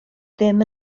ddim